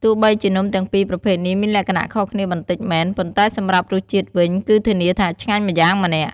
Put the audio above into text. ទោះបីជានំទាំងពីរប្រភេទនេះមានលក្ខណៈខុសគ្នាបន្តិចមែន ប៉ុន្តែសម្រាប់រសជាតិវិញ គឺធានាថាឆ្ងាញ់ម្យ៉ាងម្នាក់។